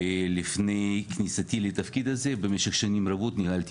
ולפני כניסתי לתפקיד הזה במשך שנים רבות ניהלתי